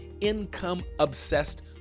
income-obsessed